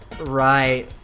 Right